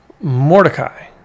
Mordecai